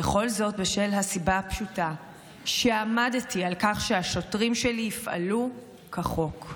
וכל זאת בשל הסיבה הפשוטה שעמדתי על כך שהשוטרים שלי יפעלו כחוק.